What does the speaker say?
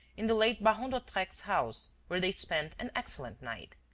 in the late baron d'hautrec's house, where they spent an excellent night.